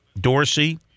Dorsey